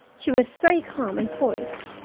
she was very calm and poised,